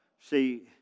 See